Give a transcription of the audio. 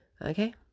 Okay